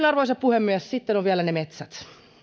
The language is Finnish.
arvoisa puhemies sitten ovat vielä ne metsät